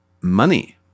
Money